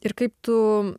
ir kaip tu